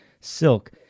silk